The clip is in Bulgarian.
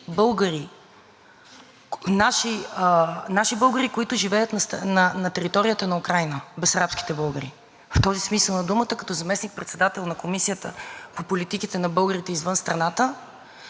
В този смисъл на думата като заместник-председател на Комисията по политиките на българите извън страната внесох предложение представители на тези 790 бесарабски българи, които написаха отворено писмо до българските институции,